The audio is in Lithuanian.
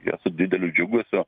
jie su dideliu džiugesiu